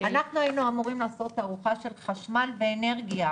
אנחנו היינו אמורים לעשות תערוכה של חשמל ואנרגיה,